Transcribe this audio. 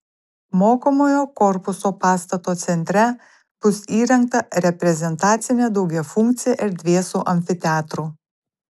mokomojo korpuso pastato centre bus įrengta reprezentacinė daugiafunkcė erdvė su amfiteatru